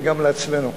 וגם לעצמנו: